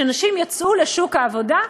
שנשים יצאו לשוק העבודה,